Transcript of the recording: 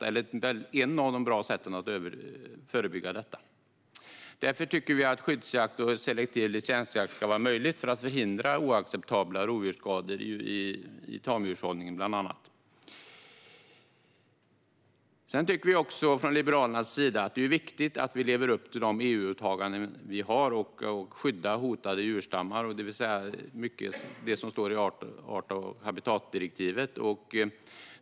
Därför tycker vi att det ska vara möjligt med skyddsjakt och selektiv licensjakt, för att förhindra oacceptabla rovdjursskador i bland annat tamdjurshållning. Sedan tycker vi liberaler också att det är viktigt att vi lever upp till de EU-åtaganden som vi har för att skydda hotade djurstammar, det vill säga mycket av det som står i art och habitatdirektivet.